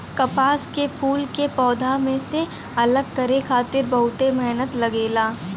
कपास के फूल के पौधा में से अलग करे खातिर बहुते मेहनत लगेला